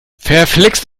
verflixt